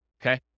Okay